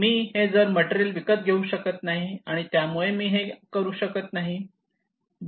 मी हे मटेरियल विकत घेऊ शकत नाही आणि त्यामुळे मी हे करू शकत नाही